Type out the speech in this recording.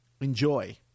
enjoy